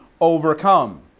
overcome